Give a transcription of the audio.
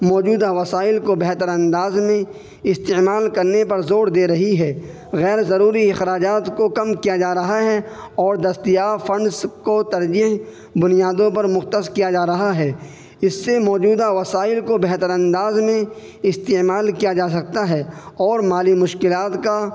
موجودہ وسائل کو بہتر انداز میں استعمال کرنے پر زور دے رہی ہے غیر ضروری اخراجات کو کم کیا جا رہا ہے اور دستیاب فنڈز کو ترجیح بنیادوں پر مختص کیا جا رہا ہے اس سے موجودہ وسائل کو بہتر انداز میں استعمال کیا جا سکتا ہے اور مالی مشکلات کا